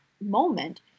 moment